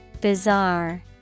bizarre